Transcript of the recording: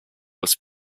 was